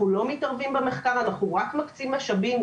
אנחנו לא מתערבים במחקר, אנחנו רק מקצים משאבים.